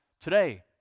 today